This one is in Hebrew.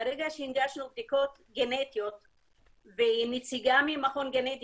ברגע שהנגשנו בדיקות גנטיות ונציגה ממכון גנטי